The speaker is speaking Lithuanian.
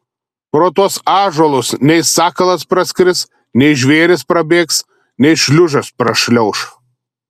pro tuos ąžuolus nei sakalas praskris nei žvėris prabėgs nei šliužas prašliauš